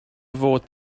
fod